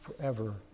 forever